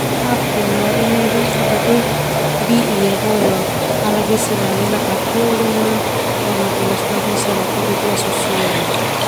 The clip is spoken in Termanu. Sapi no bi'i boe bisa lalelak hataholi na boma bisa latudu susuena.